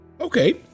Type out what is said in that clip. Okay